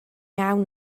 iawn